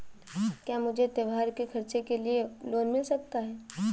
क्या मुझे त्योहार के खर्च के लिए लोन मिल सकता है?